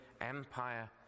empire